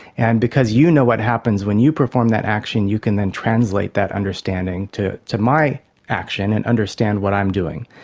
and because you know what happens when you perform that action, you can then translate that understanding to to my action and understand what i'm doing.